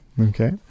Okay